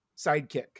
sidekick